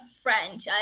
French